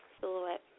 silhouette